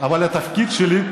אבל התפקיד שלי,